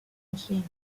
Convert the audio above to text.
machines